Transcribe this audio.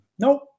Nope